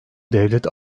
devlet